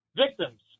victims